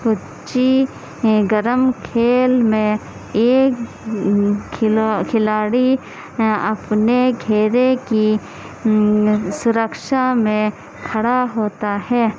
کچی گرم کھیل میں ایک کھلا کھلاڑی اپنے گھیرے کی سرکشھا میں کھڑا ہوتا ہے